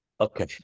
Okay